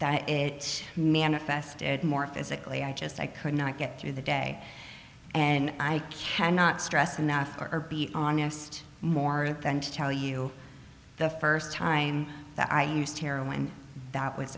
that it manifested more physically i just i could not get through the day and i cannot stress enough or be honest more than to tell you the first time that i used heroin and that was